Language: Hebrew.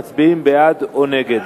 מצביעים בעד או נגד.